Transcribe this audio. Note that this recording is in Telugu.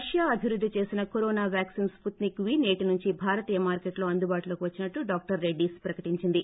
రష్యా అభివృద్ది చేసిన కరోనా వ్యాక్పిన్ స్పుత్నిక్ వీ సేటి నుంచి భారతీయ మార్కెట్లో అందుబాటులోకి వచ్చినట్టు డాక్టర్ రెడ్డీస్ ప్రకటీంచీంది